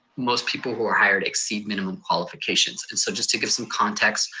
most people who are hired exceed minimum qualifications. and so just to give some context,